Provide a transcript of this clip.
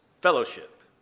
fellowship